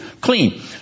clean